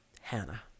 Hannah